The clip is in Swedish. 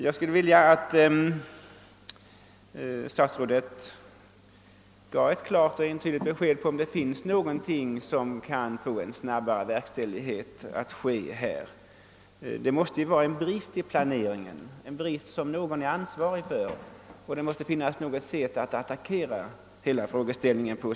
Jag skulle önska att statsrådet lämnade ett klart och entydigt besked huruvida det är möjligt att åstadkomma en snabbare verkställighet av leveranserna. Det måste vara fråga om en brist i planeringen, som man på något håll är ansvarig för, och det måste finnas något sätt att attackera hela problemet.